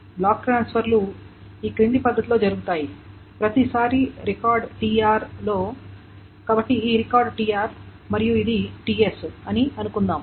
black ట్రాన్స్ఫర్లు కింది పద్ధతిలో జరుగుతాయి ప్రతిసారి రికార్డ్ tr లో కాబట్టి ఈ రికార్డు tr మరియు ఇది ts అని అనుకుందాం